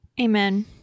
Amen